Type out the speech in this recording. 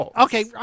Okay